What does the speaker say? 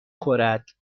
خورد